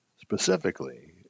specifically